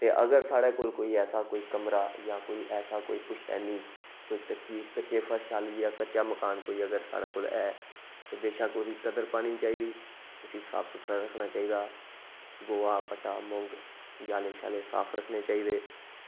ते अगर साढ़े कोल कोई ऐसा कोई कमर जां ऐसा कोई पुश्तैनी कच्ची कोई कच्ची फर्श आह्ली जां कच्चा मकान कोई अगर साढ़े कोल ऐ ते बशक्क ओह्दी कदर पानी चाहिदी उसी साफ सुथरा रक्खना चाहिदा गोहा पट्टा मोंग जाले शाले साफ रक्खने चाहिदे